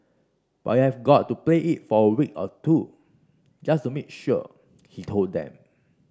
but you have got to play it for a week or two just to make sure he told them